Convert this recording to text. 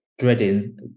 Dreading